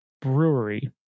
Brewery